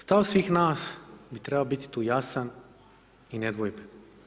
Stav svih nas bi trebao biti tu jasan i nedvojben.